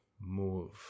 move